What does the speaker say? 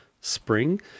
spring